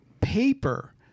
paper